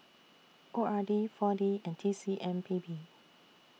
O R D four D and T C M P B